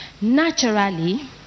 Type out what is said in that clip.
naturally